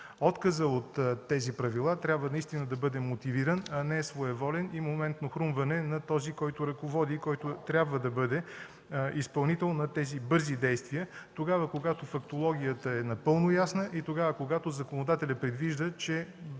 Отказът от тези правила трябва наистина да бъде мотивиран, а не своеволен и моментно хрумване на този, който ръководи и който трябва да бъде изпълнител на тези бързи действия тогава, когато фактологията е напълно ясна и тогава, когато законодателят предвижда, че